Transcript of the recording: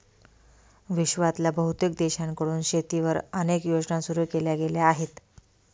विश्वातल्या बहुतेक देशांकडून शेतीवर अनेक योजना सुरू केल्या गेल्या आहेत